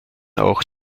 auch